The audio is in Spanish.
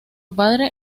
padre